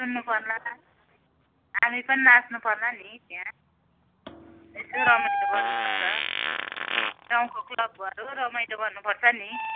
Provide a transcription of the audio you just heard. सुन्नु पर्ला हामी पनि नाँच्नु पर्ला नि त्यहाँ यसो रमाइलो गर्नुपर्छ गाउँको क्लब घर हो रमाइलो गर्नु पर्छ नि